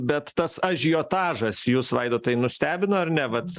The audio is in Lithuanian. bet tas ažiotažas jus vaidotai nustebino ar ne vat